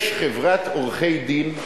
יש חברת עורכי-דין,